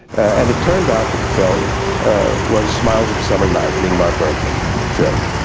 and it turned out that the film was smiles of a summer night, an ingmar bergman film.